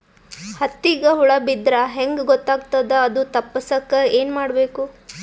ಹತ್ತಿಗ ಹುಳ ಬಿದ್ದ್ರಾ ಹೆಂಗ್ ಗೊತ್ತಾಗ್ತದ ಅದು ತಪ್ಪಸಕ್ಕ್ ಏನ್ ಮಾಡಬೇಕು?